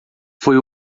foi